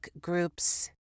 groups